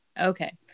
Okay